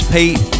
Pete